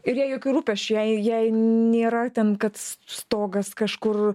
ir jai jokių rūpesčių jai jai nėra ten kad stogas kažkur